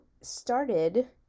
started